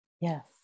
Yes